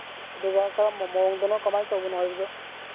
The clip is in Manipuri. ꯑꯗꯨꯒ ꯀꯔꯝꯕ ꯃꯑꯣꯡꯗꯅꯣ ꯀꯃꯥꯏ ꯇꯧꯕꯅꯣ ꯍꯥꯏꯕꯗꯨ